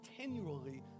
continually